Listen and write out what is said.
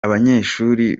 abanyeshuri